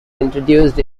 introduced